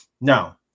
now